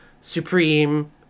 Supreme